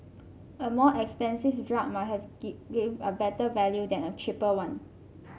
a more expensive drug might have give a better value than a cheaper one